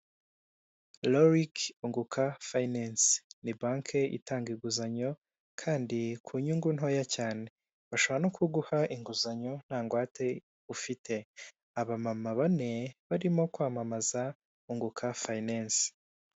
Lolc unguka fayinense, ni banki itanga inguzanyo kandi ku nyungu ntoya cyane, bashobora no kuguha inguzanyo nta ngwate ufite, abamama bane barimo kwamamaza unguka fayinense.